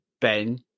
Ben